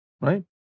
right